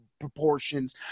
proportions